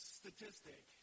statistic